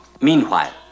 Meanwhile